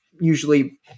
usually